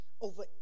over